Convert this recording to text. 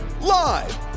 Live